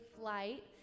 flight